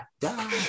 die